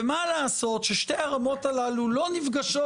ומה לעשות ששתי הרמות הללו לא נפגשות.